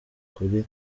kuri